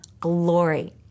glory